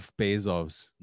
Bezos